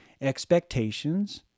expectations